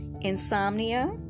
insomnia